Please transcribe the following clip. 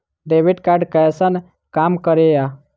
Debit card कैसन काम करेया?